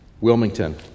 Wilmington